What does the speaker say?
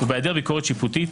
ובהיעדר ביקורת שיפוטית,